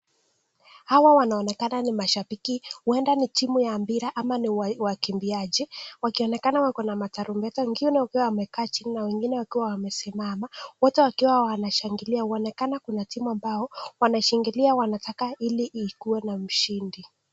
Hawa wanaonekana ni mashabiki. Huenda ni timu ya mpira au wakimbiaji wakionekana wako na matarumbeta, wengine wakiwa wamekaa chini na wengine wakiwa wamesimama, wote wakiwa wanashangilia. Inaonekana kuna timu ambayo wanashangilia wanataka ili ikuwe na mshindi.